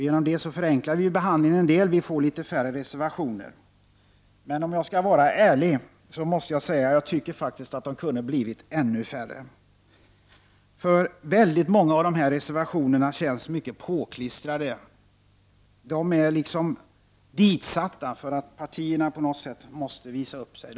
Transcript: Genom det förenklar vi behandlingen och får färre reservationer. Om jag skall vara ärlig måste jag säga att jag tycker att det kunde ha blivit ännu färre reservationer. Väldigt många av reservationerna känns mycket påklistrade. De är liksom ditsatta därför att partierna på något sätt måste visa upp sig.